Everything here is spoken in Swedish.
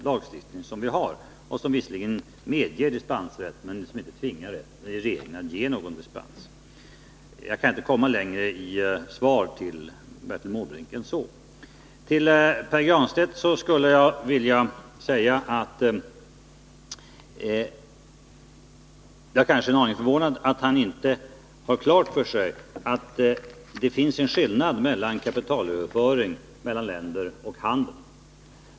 Lagstiftningen medger visserligen dispensmöjligheter, men den tvingar inte regeringen att ge dispens. Till Pär Granstedt skulle jag vilja säga att jag kanske är en aning förvånad över att han inte har klart för sig att det finns en skillnad mellan kapitalöverföring mellan länder och handel.